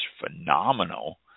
phenomenal